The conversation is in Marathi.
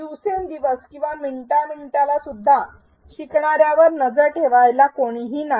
दिवसेंदिवस किंवा मिनिटा मिनिटाला सुद्धा शिकणाऱ्यावर नजर ठेवायला कोणीही नाही